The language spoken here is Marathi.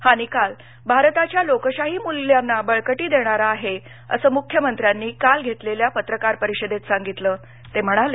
हा निकाल भारताच्या लोकशाही मूल्यांना बळकटी देणारा आहे असं मुख्यमंत्र्यांनी काल घेतलेल्या पत्रकार परिषदेत सांगितलं ते म्हणाले